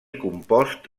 compost